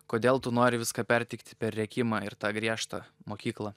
kodėl tu nori viską perteikti per rėkimą ir tą griežtą mokyklą